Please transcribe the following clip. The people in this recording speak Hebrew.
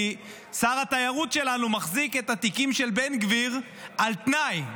כי שר התיירות שלנו מחזיק את התיקים של בן גביר על תנאי.